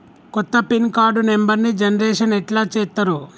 కొత్త PIN card నెంబర్ని generation ఎట్లా చేత్తరు?